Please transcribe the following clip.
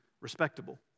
respectable